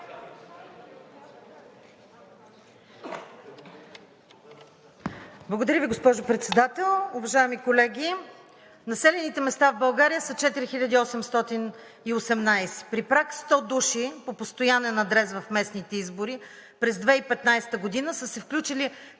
Благодаря Ви, госпожо Председател. Уважаеми колеги, населените места в България са 4818. При праг 100 души по постоянен адрес в местните избори през 2015 г. са се включили